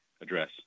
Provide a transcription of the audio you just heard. address